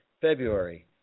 February